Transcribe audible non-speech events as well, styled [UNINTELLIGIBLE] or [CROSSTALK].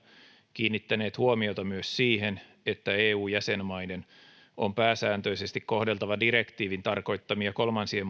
kiinnittäneet huomiota myös siihen että eu jäsenmaiden on pääsääntöisesti kohdeltava direktiivin tarkoittamia kolmansien [UNINTELLIGIBLE]